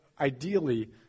ideally